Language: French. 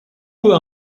peut